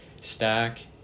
stack